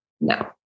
no